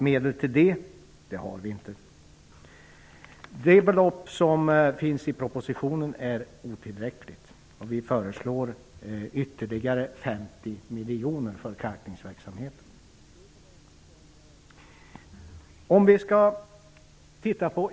Medel till detta har vi inte. Det belopp som föreslås i propositionen är otillräckligt. Vi i Vänsterpartiet föreslår ytterligare 50 miljoner för kalkningsverksamheten.